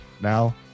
Now